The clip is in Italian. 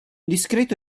discreto